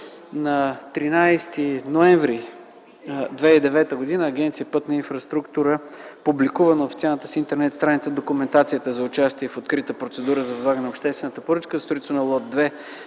На 13 ноември 2009 г. Агенция “Пътна инфраструктура” публикува на официалната си интернет-страница документацията за участие в открита процедура за възлагане на обществената поръчка по строителството на лот 2